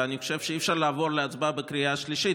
ואני חושב שאי-אפשר לעבור להצבעה בקריאה שלישית